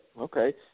okay